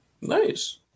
Nice